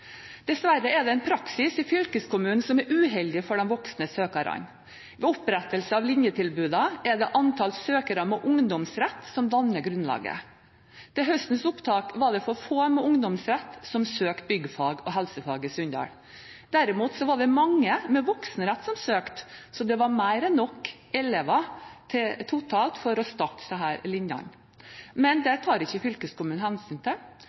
Dessverre er det en praksis i fylkeskommunen som er uheldig for de voksne søkerne. Ved opprettelse av linjetilbudene er det antall søkere med ungdomsrett som danner grunnlaget. Til høstens opptak var det for få med ungdomsrett som søkte byggfag og helsefag i Sunndal. Derimot var det mange med voksenrett som søkte, så det var mer enn nok elever totalt for å starte disse linjene. Men det tar ikke fylkeskommunen hensyn til.